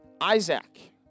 Isaac